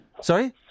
Sorry